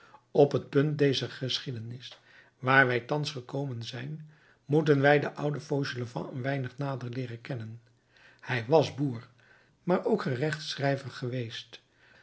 op het punt dezer geschiedenis waar wij thans gekomen zijn moeten wij den ouden fauchelevent een weinig nader leeren kennen hij was boer maar ook gerechtsschrijver geweest